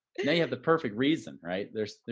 now you have the perfect reason. right? there's.